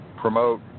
promote